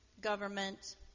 government